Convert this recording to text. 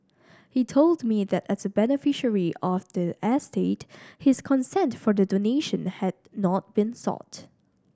he told me that as a beneficiary of the estate his consent for the donation had not been sought